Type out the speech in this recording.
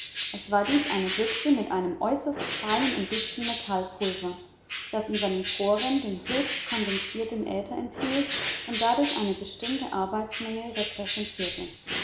es war dies eine büchse mit einem äußerst feinen und dichten metallpulver das in seinen poren den höchst kondensierten äther enthielt und dadurch eine bestimmte arbeitsmenge repräsentierte